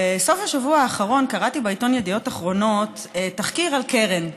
בסוף השבוע האחרון קראתי בעיתון ידיעות אחרונות תחקיר על קרן,